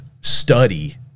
study